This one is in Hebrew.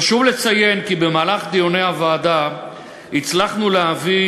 חשוב לציין כי במהלך דיוני הוועדה הצלחנו להביא